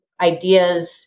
ideas